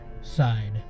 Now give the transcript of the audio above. side